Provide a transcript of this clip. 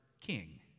king